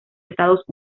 estados